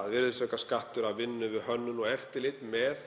að virðisaukaskattur af vinnu við hönnun og eftirlit með